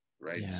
right